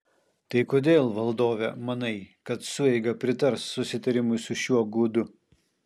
tai kodėl valdove manai kad sueiga pritars susitarimui su šiuo gudu